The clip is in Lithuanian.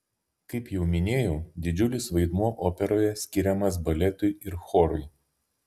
kaip jau minėjau didžiulis vaidmuo operoje skiriamas baletui ir chorui